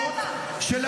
הוא